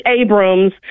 Abrams